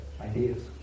ideas